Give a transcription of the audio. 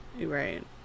Right